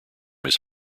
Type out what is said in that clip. his